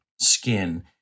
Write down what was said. skin